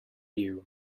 you